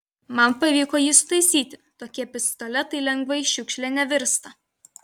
man pavyko jį sutaisyti tokie pistoletai lengvai šiukšle nevirsta